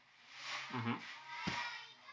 mmhmm